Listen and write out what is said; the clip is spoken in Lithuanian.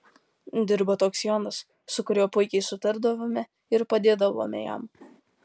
dirbo toks jonas su kuriuo puikiai sutardavome ir padėdavome jam